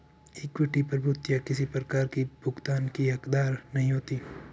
equity प्रभूतियाँ किसी प्रकार की भुगतान की हकदार नहीं होती